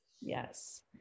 Yes